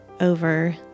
over